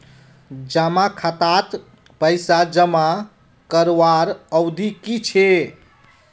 जमा खातात पैसा जमा करवार अवधि की छे?